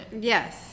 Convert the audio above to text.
Yes